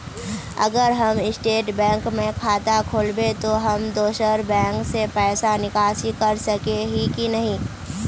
अगर हम state bank में खाता खोलबे तो हम दोसर बैंक से पैसा निकासी कर सके ही की नहीं?